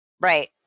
Right